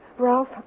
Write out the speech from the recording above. Ralph